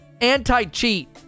Anti-cheat